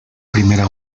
primera